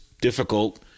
difficult